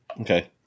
Okay